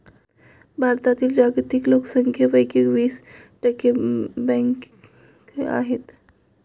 भारतातील जागतिक लोकसंख्येपैकी वीस टक्के बकऱ्या आहेत